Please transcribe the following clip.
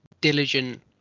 diligent